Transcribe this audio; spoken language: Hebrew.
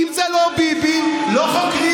אם זה לא ביבי, לא חוקרים.